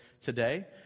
today